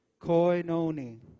Koinoni